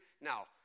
Now